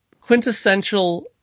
quintessential